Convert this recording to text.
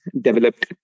developed